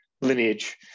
lineage